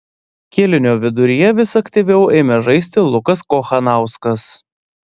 kėlinio viduryje vis aktyviau ėmė žaisti lukas kochanauskas